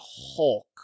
Hulk